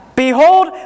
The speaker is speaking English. Behold